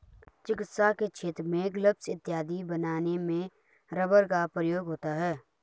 चिकित्सा के क्षेत्र में ग्लब्स इत्यादि बनाने में रबर का प्रयोग होता है